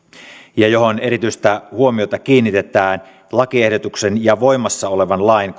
johon erityistä huomiota kiinnitetään lakiehdotuksen ja voimassa olevan lain